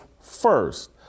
first